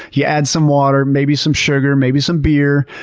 you add some water, maybe some sugar, maybe some beer.